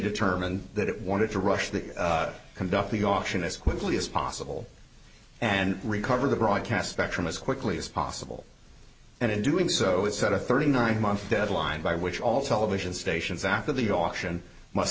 determined that it wanted to rush the conduct the auction as quickly as possible and recover the broadcast spectrum as quickly as possible and in doing so it set a thirty nine month deadline by which all television stations after the auction must